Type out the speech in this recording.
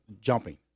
jumping